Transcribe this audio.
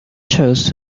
chose